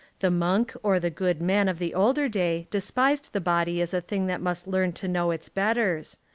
the monk or the good man of the older day despised the body as a thing that must learn to know its betters.